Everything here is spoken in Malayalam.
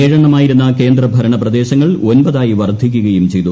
ഏഴെണ്ണമായിരുന്ന കേന്ദ്രഭരണ പ്രദേശങ്ങൾ ഒൻപതായി വർദ്ധിക്കുകയും ചെയ്തു